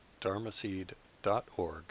dharmaseed.org